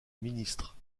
ministre